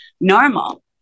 normal